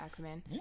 Aquaman